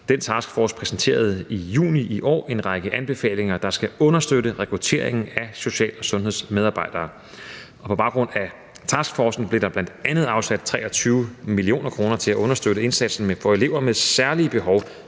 Denne taskforce præsenterede i juni i år en række anbefalinger, der skal understøtte rekrutteringen af social- og sundhedsmedarbejdere, og på baggrund af taskforcen blev der bl.a. afsat 23 mio. kr. til at understøtte indsatsen for elever med særlige behov